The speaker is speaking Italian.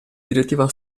direttiva